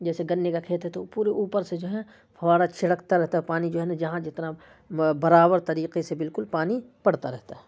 جیسے گنّے کا کھیت ہے تو وہ پورے اوپر سے جو ہے پھواڑہ چھڑکتا رہتا ہے اور پانی جو ہے نا جہاں جتنا برابر طریقے سے بالکل پانی پڑتا رہتا ہے